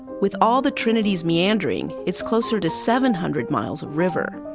with all the trinity's meandering, it's closer to seven hundred miles of river.